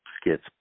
skits